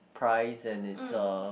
price and it's uh